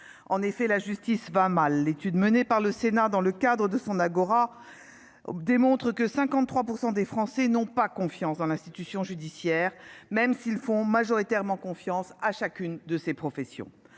? La justice va mal ! Une étude menée par le Sénat dans le cadre de l'Agora de la justice démontre que 53 % des Français n'ont pas confiance dans l'institution judiciaire, même s'ils font majoritairement confiance à chacune de ses professions.